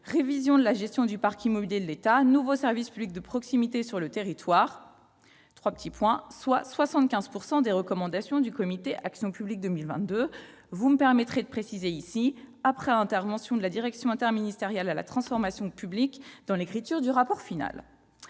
révision de la gestion du parc immobilier de l'État, nouveaux services publics de proximité sur le territoire »... soit « 75 % des recommandations du comité Action publique 2022 », du moins, vous me permettrez de le préciser, après intervention de la direction interministérielle de la transformation publique dans l'écriture du rapport final.